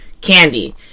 Candy